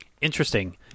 Interesting